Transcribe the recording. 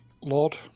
lord